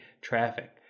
traffic